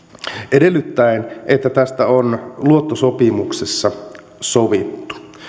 edellyttäen että tästä on luottosopimuksessa sovittu